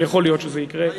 אבל יכול להיות שזה יקרה,